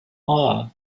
are